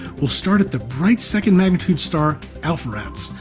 we'll start at the bright second magnitude star alpheratz,